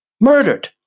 murdered